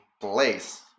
place